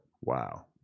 Wow